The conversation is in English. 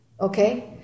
Okay